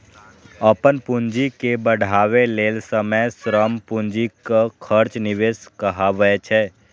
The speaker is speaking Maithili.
अपन पूंजी के बढ़ाबै लेल समय, श्रम, पूंजीक खर्च निवेश कहाबै छै